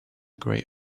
great